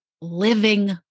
living